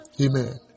Amen